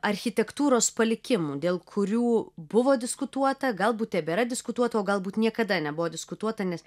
architektūros palikimų dėl kurių buvo diskutuota galbūt tebėra diskutuota o galbūt niekada nebuvo diskutuota nes